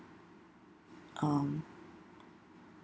um